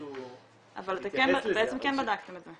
אבל אתם כן בעצם בדקתם את זה.